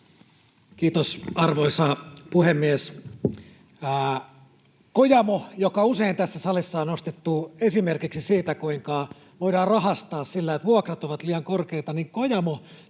Kiitos, arvoisa puhemies! Kojamo — joka usein tässä salissa on nostettu esimerkiksi siitä, kuinka voidaan rahastaa sillä, että vuokrat ovat liian korkeita — teki